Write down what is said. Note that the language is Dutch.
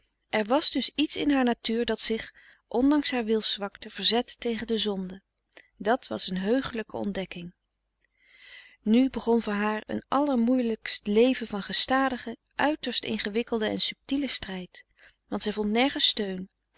er was dus iets in haar natuur dat zich ondanks haar wilszwakte verzette tegen de zonde dat was een heuchelijke ontdekking nu begon voor haar een allermoeielijkst leven van gestadigen uiterst ingewikkelden en subtielen strijd want zij vond nergens steun